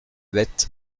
bête